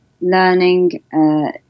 learning